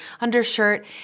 undershirt